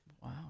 Wow